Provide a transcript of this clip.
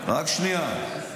רק שנייה.